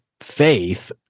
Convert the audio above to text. faith